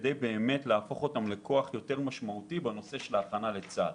כדי להפוך אותן לכוח משמעותי בנושא ההכנה לצה"ל.